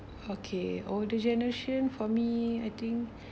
okay older generation for me I think